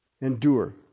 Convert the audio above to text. Endure